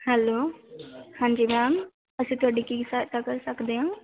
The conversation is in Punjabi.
ਹੈਲੋ ਹਾਂਜੀ ਮੈਮ ਅਸੀਂ ਤੁਹਾਡੀ ਕੀ ਸਹਾਇਤਾ ਕਰ ਸਕਦੇ ਹਾਂ